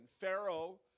Pharaoh